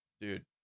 Dude